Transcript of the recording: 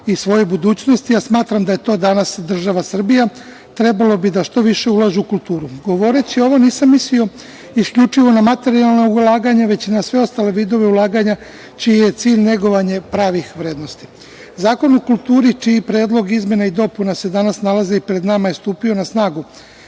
i svojoj budućnosti, a smatram da je to danas država Srbija, trebalo bi da što više ulaže u kulturu. Govoreći ovo nisam mislio isključivo na materijalno ulaganje, već na sve ostale vidove ulaganja čiji je cilj negovanje pravih vrednosti. Zakon o kulturi čiji predlog izmena i dopuna se danas nalazi i pred nama je stupio na snagu